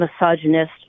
misogynist